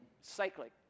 cyclic